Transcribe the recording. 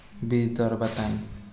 बीज दर बताई?